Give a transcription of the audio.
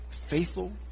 faithful